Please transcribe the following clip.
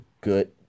good